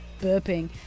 burping